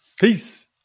Peace